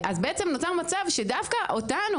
אז נוצר מצב שדווקא אנחנו,